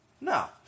No